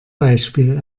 beispiel